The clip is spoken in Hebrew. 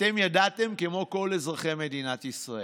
אתם ידעתם כמו כל אזרחי מדינת ישראל.